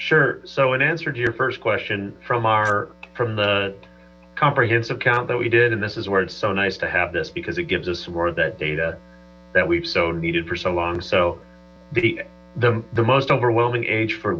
sure so in answer to your first question from our from the comprehensive count that we did this is where it's so nice to have this because it gives us more that data that we've so needed for so long so bieda the most overwhelming age for